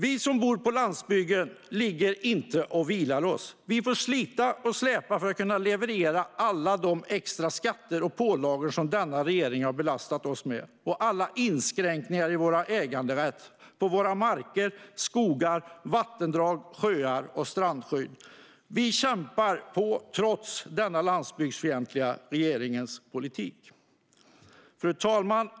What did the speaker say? Vi som bor på landsbygden ligger inte och vilar oss. Vi får slita och släpa för att kunna leverera alla de extra skatter och pålagor som denna regering har belastat oss med, trots alla inskränkningar av vår äganderätt och våra marker, skogar, vattendrag, sjöar och strandskydd. Vi kämpar på trots denna landsbygdsfientliga regerings politik. Fru talman!